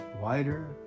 wider